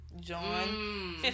John